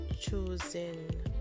choosing